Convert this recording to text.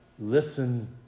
Listen